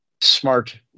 smart